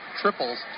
triples